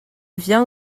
vient